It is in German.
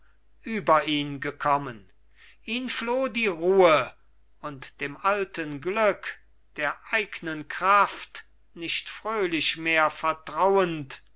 über ihn gekommen ihn floh die ruhe und dem alten glück der eignen kraft nicht fröhlich mehr vertrauend